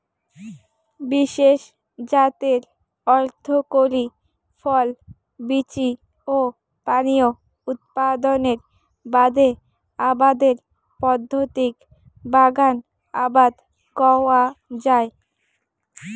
বিশেষ জাতের অর্থকরী ফল, বীচি ও পানীয় উৎপাদনের বাদে আবাদের পদ্ধতিক বাগান আবাদ কওয়া যায়